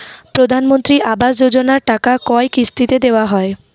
প্রধানমন্ত্রী আবাস যোজনার টাকা কয় কিস্তিতে দেওয়া হয়?